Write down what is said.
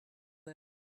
them